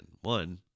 One